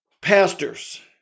Pastors